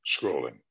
scrolling